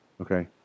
Okay